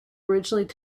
originally